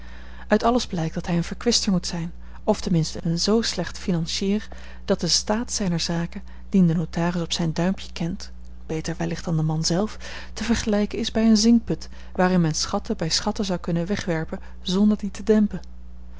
uit alles blijkt dat hij een verkwister moet zijn of ten minste een z slecht financier dat de staat zijner zaken dien de notaris op zijn duimpje kent beter wellicht dan de man zelf te vergelijken is bij een zinkput waarin men schatten bij schatten zou kunnen wegwerpen zonder die te dempen